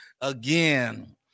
again